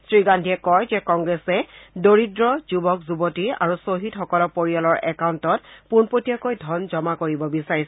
শ্ৰী গান্ধীয়ে কয় যে কংগ্ৰেছে দৰিদ্ৰ যুৱক যুৱতী আৰু ছহিদসকলৰ পৰিয়ালৰ একাউণ্টত পোনপটীয়াকৈ ধন জমা কৰিব বিচাৰিছে